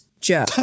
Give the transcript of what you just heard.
Joe